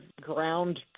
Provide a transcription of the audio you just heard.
ground